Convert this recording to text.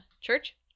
church